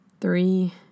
Three